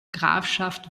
grafschaft